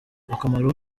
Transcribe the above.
akamaro